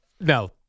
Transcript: No